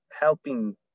helping